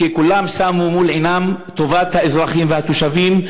כי כולם שמו מול עיניהם את טובת האזרחים והתושבים.